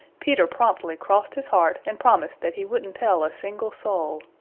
peter promptly crossed his heart and promised that he wouldn't tell a single soul.